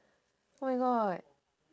oh my god